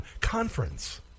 conference